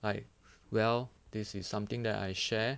like well this is something that I share